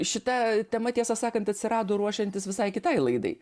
šita tema tiesą sakant atsirado ruošiantis visai kitai laidai